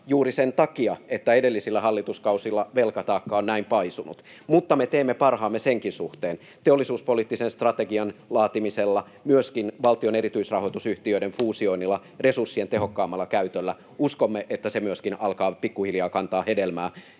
juuri sen takia, että edellisillä hallituskausilla velkataakka on näin paisunut. Mutta me teemme parhaamme senkin suhteen: teollisuuspoliittisen strategian laatimisella, myöskin valtion erityisrahoitusyhtiöiden fuusioinnilla, resurssien tehokkaammalla käytöllä. Uskomme, että se myöskin alkaa pikkuhiljaa kantaa hedelmää,